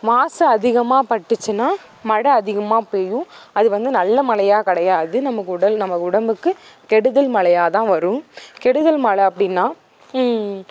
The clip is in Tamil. மாசு அதிகமாக பட்டுச்சுன்னா மழை அதிகமாக பெய்யும் அது வந்து நல்ல மழையா கிடையாது நமக்கு உடல் நம்ம உடம்புக்கு கெடுதல் மழையாதான் வரும் கெடுதல் மழை அப்படின்னா